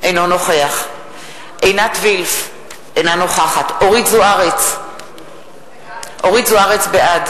אינו נוכח עינת וילף, אינה נוכחת אורית זוארץ, בעד